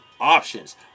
options